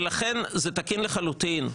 לכן זה תקין לחלוטין.